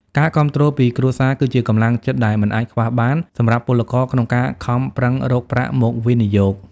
ការគាំទ្រពីគ្រួសារគឺជាកម្លាំងចិត្តដែលមិនអាចខ្វះបានសម្រាប់ពលករក្នុងការខំប្រឹងរកប្រាក់មកវិនិយោគ។